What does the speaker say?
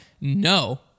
no